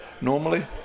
normally